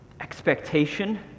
expectation